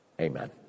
Amen